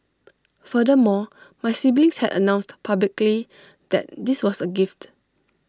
furthermore my siblings had announced publicly that this was A gift